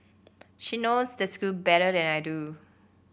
she knows the school better than I do